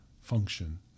function